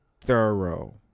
thorough